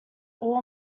all